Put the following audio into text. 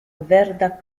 verda